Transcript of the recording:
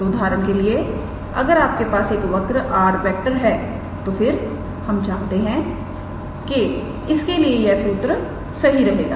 तो उदाहरण के लिए अगर आपके पास एक वक्र 𝑟⃗ है तो फिर हम जानते हैं कि इसके लिए यह सूत्र सही होगा